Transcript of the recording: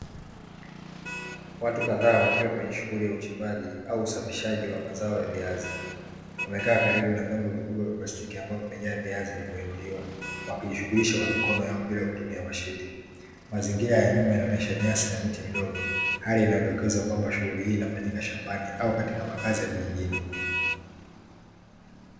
Watu kadhaa wakiwa kwenye shughuli ya uchimbaji au usafishaji wa mazao ya viazi. Wamekaa karibu na vyombo vikubwa vya plastiki ambavyo vimejaa viazi vilivyoinuliwa, wakijishughulisha kwa mikono yao bila kutumia mashine. Mazingira ya nyuma yanaonesha nyasi na miti midogo, hali inayodokeza kwamba shughuli hii inafanyika shambani au katika makazi ya vijijini.